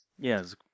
Yes